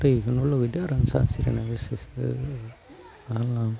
दैखोनो लुगैदो आरो आं सानस्रिनो गोसो आंहा